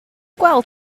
gweld